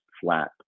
flat